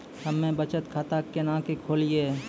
हम्मे बचत खाता केना के खोलियै?